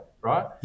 right